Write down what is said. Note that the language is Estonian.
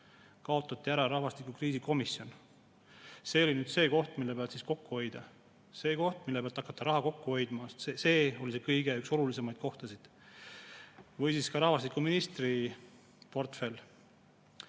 kaotati ära rahvastikukriisi komisjon. See oli see koht, mille pealt kokku hoida, see koht, mille pealt hakata raha kokku hoidma. See oli üks olulisemaid kohtasid. Või siis ka rahvastikuministri